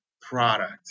product